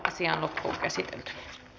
asian käsittely päättyi